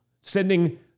sending